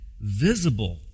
visible